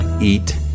eat